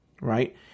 right